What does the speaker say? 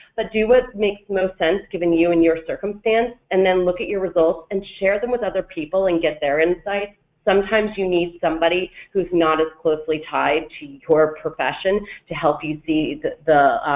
but do what makes the most sense given you and your circumstance, and then look at your results and share them with other people and get their insights, sometimes you need somebody who's not as closely tied to your profession to help you see the